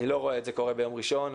אני לא רואה שזה קורה ביום ראשון,